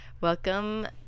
Welcome